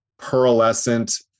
pearlescent